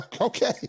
Okay